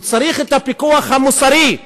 הוא צריך את הפיקוח המוסרי,